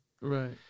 Right